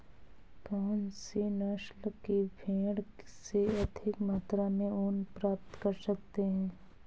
कौनसी नस्ल की भेड़ से अधिक मात्रा में ऊन प्राप्त कर सकते हैं?